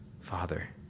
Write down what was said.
Father